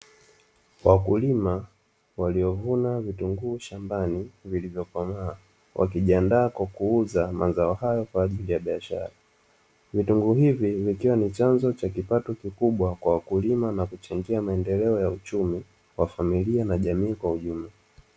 Wakulima waliovuna vitunguu shambani vilivyokomaa wakijiandaa kwa kuuza mazao hayo kwa ajili ya biashara. Vitunguu hivi pia ni chanzo cha kipato kikubwa kwa wakulima na kuchangia maendeleo ya uchumi wa familia na jamii kwa ujumla.